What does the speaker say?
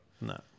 No